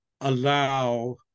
allow